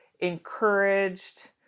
encouraged